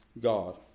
God